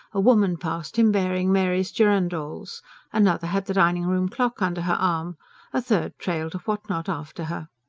a woman passed him bearing mary's girandoles another had the dining-room clock under her arm a third trailed a whatnot after her.